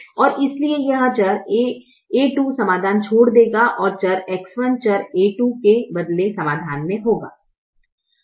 और इसलिए यह चर a2 समाधान छोड़ देगा और चर X1 चर a2 के बदलें समाधान में होगा